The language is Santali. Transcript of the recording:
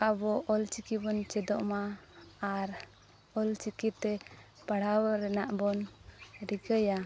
ᱟᱵᱚ ᱚᱞᱪᱤᱠᱤ ᱵᱚᱱ ᱪᱮᱫᱚᱜ ᱢᱟ ᱟᱨ ᱚᱞᱪᱤᱠᱤ ᱛᱮ ᱯᱟᱲᱦᱟᱣ ᱨᱮᱱᱟᱜ ᱵᱚᱱ ᱨᱤᱠᱟᱹᱭᱟ